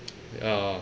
ya